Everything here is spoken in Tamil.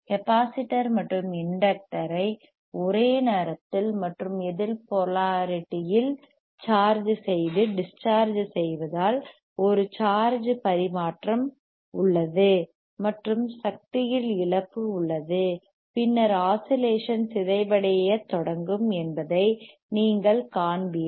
கெப்பாசிட்டர் மற்றும் இண்டக்டர் ஐ ஒரே நேரத்தில் மற்றும் எதிர் போலாரிட்டி இல் சார்ஜ் செய்து டிஸ் சார்ஜ் செய்யவதால் ஒரு சார்ஜ் பரிமாற்றம் transfer டிரான்ஸ்பர் உள்ளது மற்றும் சக்தி இல் இழப்பு உள்ளது பின்னர் ஆஸிலேஷன்ஸ் சிதைவடையத் தொடங்கும் என்பதை நீங்கள் காண்பீர்கள்